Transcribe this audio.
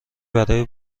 برای